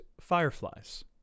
fireflies